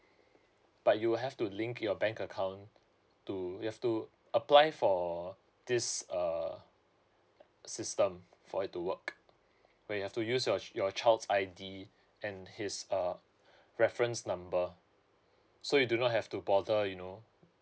but you would have to link your bank account to you have to apply for this uh system for it to work where you have to use your your child's I_D and his uh reference number so you do not have to bother you know